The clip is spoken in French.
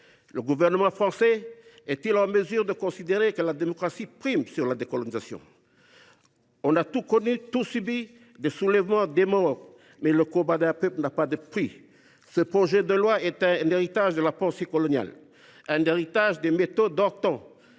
Le gouvernement français est il en mesure de considérer que la démocratie prime sur la décolonisation ? On a tout connu, tout subi, des soulèvements, des morts, mais le combat d’un peuple n’a pas de prix. Ce projet de loi est un héritage de la pensée coloniale, un héritage des méthodes d’antan